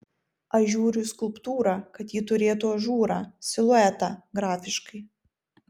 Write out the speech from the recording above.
aš žiūriu į skulptūrą kad ji turėtų ažūrą siluetą grafiškai